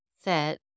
set